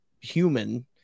human